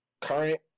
current